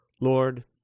Lord